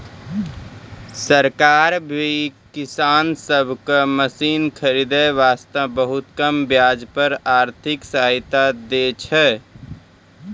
सरकार भी किसान सब कॅ मशीन खरीदै वास्तॅ बहुत कम ब्याज पर आर्थिक सहायता दै छै